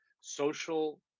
social